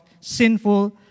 sinful